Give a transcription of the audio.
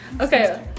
Okay